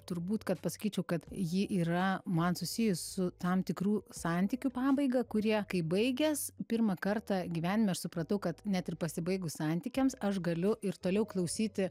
turbūt kad pasakyčiau kad ji yra man susijus su tam tikrų santykių pabaiga kurie kai baigias pirmą kartą gyvenime aš supratau kad net ir pasibaigus santykiams aš galiu ir toliau klausyti